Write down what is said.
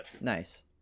Nice